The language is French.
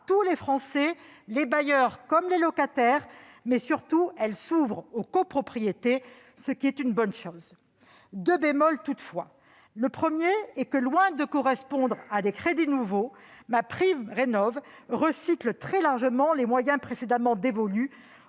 tous les Français, bailleurs comme locataires ; surtout, elle s'ouvre aux copropriétés, ce qui est une bonne chose. Deux bémols subsistent toutefois. Le premier, c'est que, loin de correspondre à des crédits nouveaux, MaPrimeRénov'recycle très largement les moyens précédemment dévolus